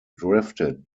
drifted